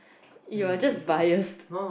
you're just biased